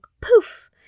poof